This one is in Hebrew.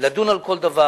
לדון על כל דבר.